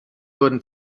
wurden